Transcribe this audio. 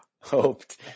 hoped